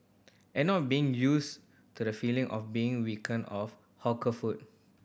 and not being used to the feeling of being weaken off hawker food